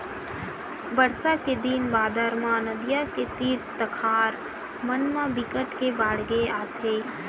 बरसा के दिन बादर म नदियां के तीर तखार मन म बिकट के बाड़गे आथे